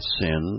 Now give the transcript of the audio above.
sin